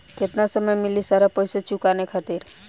केतना समय मिली सारा पेईसा चुकाने खातिर?